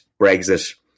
Brexit